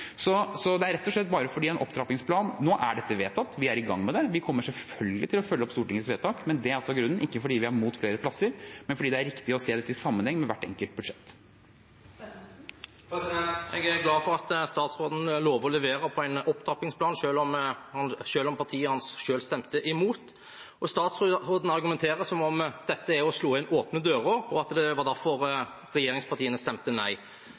Det er rett og slett bare fordi det er en opptrappingsplan – nå er dette vedtatt, vi er i gang med det, og vi kommer selvfølgelig til å følge opp Stortingets vedtak. Det er altså grunnen, ikke fordi vi er imot flere plasser, men fordi det er riktig å se dette i sammenheng med hvert enkelt budsjett. Jeg er glad for at statsråden lover å levere på en opptrappingsplan, selv om partiet hans stemte imot. Statsråden argumenterer som om dette er å slå inn åpne dører, at det var derfor regjeringspartiene stemte nei.